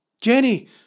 Jenny